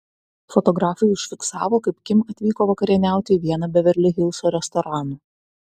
fotografai užfiksavo kaip kim atvyko vakarieniauti į vieną beverli hilso restoranų